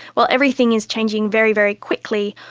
well, everything is changing very, very quickly,